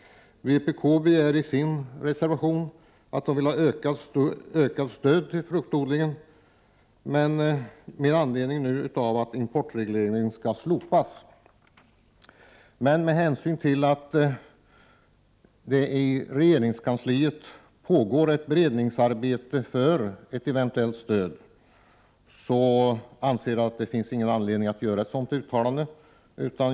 Vpk begär i sin reservation ett ökat stöd till fruktodlingen med anledning av att importregleringen skall slopas. Med hänsyn till att det nu pågår ett beredningsarbete i regeringskansliet när det gäller ett eventuellt stöd, anser jag att det inte nu finns någon anledning att göra ett sådant uttalande.